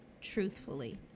truthfully